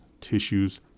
tissues